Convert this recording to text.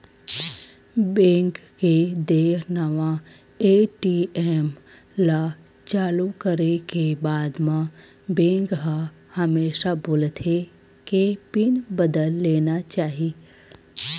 bank के देय नवा ए.टी.एम ल चालू करे के बाद म बेंक ह हमेसा बोलथे के पिन बदल लेना चाही